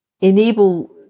enable